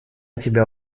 тебя